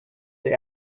they